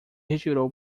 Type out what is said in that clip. retirou